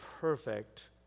perfect